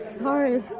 sorry